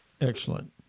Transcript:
Excellent